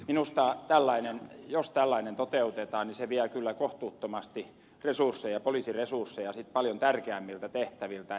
minusta jos tällainen toteutetaan se vie kyllä kohtuuttomasti poliisiresursseja paljon tärkeämmiltä tehtäviltä